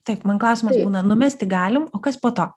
taip man klausimas būna numesti galim o kas po to